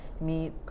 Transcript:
meet